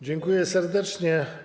Dziękuję serdecznie.